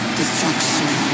destruction